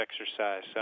exercise